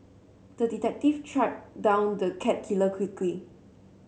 the detective tracked down the cat killer quickly